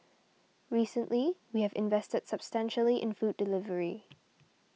recently we have invested substantially in food delivery